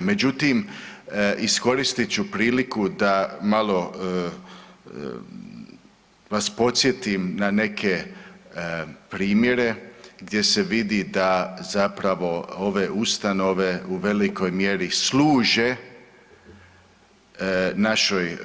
Međutim, iskoristit ću priliku da malo vas podsjetim na neke primjere gdje se vidi da zapravo ove ustanove u velikoj mjeri služe našoj